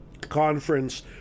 conference